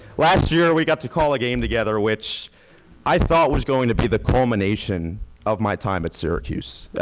last year we got to call a game together which i thought was going to be the culmination of my time at syracuse.